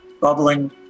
bubbling